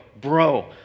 bro